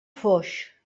foix